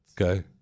Okay